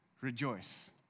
rejoice